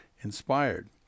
inspired